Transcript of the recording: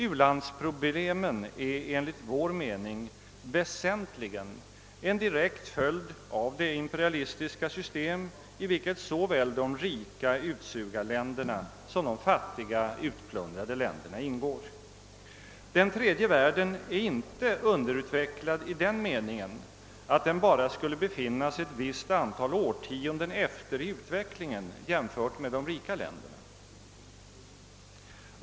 U-landsproblemen är enligt vår mening väsentligen en direkt följd av det imperialistiska system i vilket såväl de rika utsugarländerna som de fattiga utplundrade länderna ingår. Den tredje världen är inte underutvecklad i den meningen, att den bara skulle befinna sig ett visst antal årtionden efter i utvecklingen jämfört med de rika länderna.